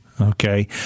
Okay